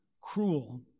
cruel